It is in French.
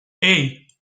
hey